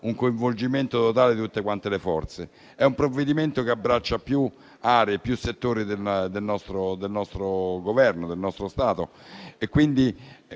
un coinvolgimento totale di tutte le forze politiche. È un provvedimento che abbraccia più aree, più settori del nostro Governo, del nostro Stato,